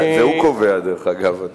זה הוא שקובע, דרך אגב.